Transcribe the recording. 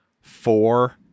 four